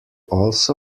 also